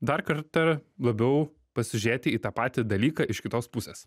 dar kartą labiau pasižiūrėti į tą patį dalyką iš kitos pusės